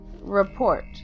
report